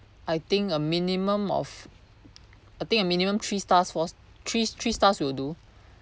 I think a minimum of I think a minimum three stars four three three stars will do